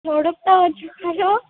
થોડુંક તો ઓછું કરો